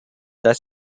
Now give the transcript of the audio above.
dass